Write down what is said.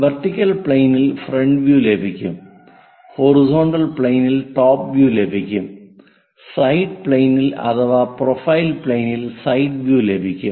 vertical പ്ലെയിനിൽ front view ലഭിക്കും horizontal പ്ലെയിനിൽ ടോപ്പ് വ്യൂ ലഭിക്കും സൈഡ് പ്ലെയിൻ അഥവാ പ്രൊഫൈൽ പ്ലെയിനിൽ സൈഡ് വ്യൂ ലഭിക്കും